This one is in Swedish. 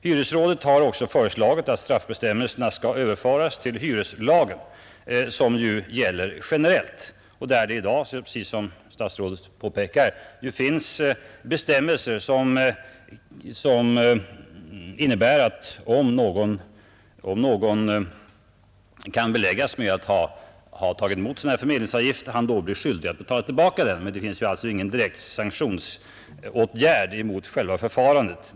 Hyresrådet har också föreslagit att straffbestämmelserna skall överföras till hyreslagen, som ju gäller generellt och där det i dag, som statsrådet påpekade, finns bestämmelser som innebär att den som kan beläggas med att ha tagit emot förmedlingsavgift blir skyldig att betala tillbaka den. Men det finns ingen direkt sanktionsåtgärd mot själva förfarandet.